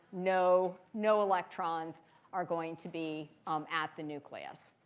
no no electrons are going to be um at the nucleus.